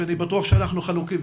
שאני בטוח שאנחנו חלוקים,